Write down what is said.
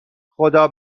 خدا